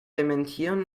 dementieren